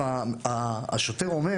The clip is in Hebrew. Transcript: והשוטר אומר